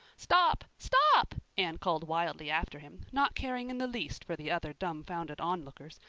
stop! stop! anne called wildly after him, not caring in the least for the other dumbfounded onlookers.